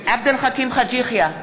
עבד אל חכים חאג' יחיא,